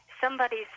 somebody's